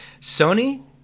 Sony